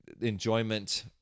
enjoyment